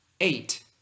eight